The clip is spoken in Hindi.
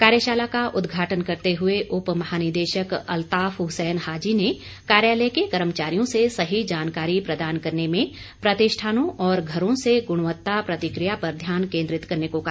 कार्यशाला का उद्घाटन करते हुए उप महानिदेशक अल्ताफ हुसैन हाजी ने कार्यालय के कर्मचारियों से सही जानकारी प्रदान करने में प्रतिष्ठानों और घरों से गृणवत्ता प्रतिक्रिया पर ध्यान केन्द्रित करने को कहा